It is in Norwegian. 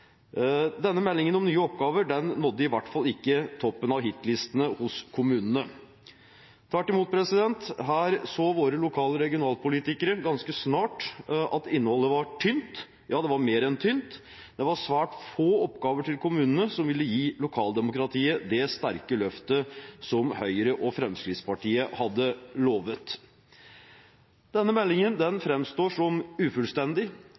Denne meldingen om nye oppgaver nådde i hvert fall ikke toppen av hitlistene hos kommunene. Tvert imot, her så våre lokal- og regionalpolitikere ganske snart at innholdet var tynt, ja det var mer enn tynt. Det var svært få oppgaver til kommunene som ville gi lokaldemokratiet det sterke løftet som Høyre og Fremskrittspartiet hadde lovet. Denne meldingen framstår som ufullstendig,